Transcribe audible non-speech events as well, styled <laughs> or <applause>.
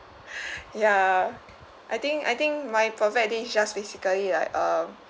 <laughs> ya I think I think my perfect day just basically like um